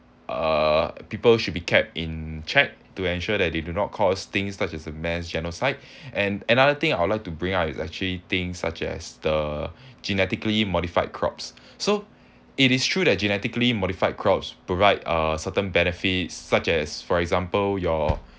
uh people should be kept in check to ensure that they do not cause things such as the mass genocide and another thing I'd like to bring is actually things such as the genetically modified crops so it is true that genetically modified crops provide uh certain benefits such as for example your